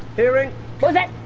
hearing was that?